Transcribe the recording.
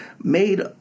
made